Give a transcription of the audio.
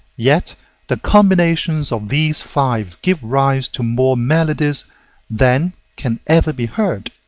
yet the combinations of these five give rise to more melodies than can ever be heard.